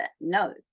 No